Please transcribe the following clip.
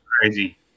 crazy